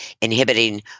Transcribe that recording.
inhibiting